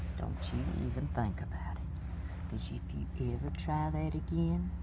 don't you even think about it. cause if you ever try that again,